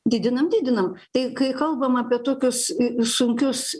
didinam didinam tai kai kalbam apie tokius sunkius